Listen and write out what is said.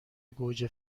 گوجه